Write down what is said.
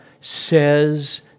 says